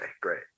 great